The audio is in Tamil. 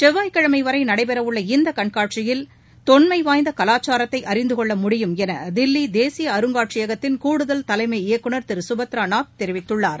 செவ்வாய்க்கிழமை வரை நடைபெறவுள்ள இந்தக் கண்காட்சியில் தொன்மவாய்ந்த கவாச்சாரத்தை அறிந்து கொள்ள முடியும் என தில்லி தேசிய அருங்காட்சியகத்தின் கூடுதல் தலைமை இயக்குநர் திரு சுப்ரதா நாத் தெரிவித்துள்ளார்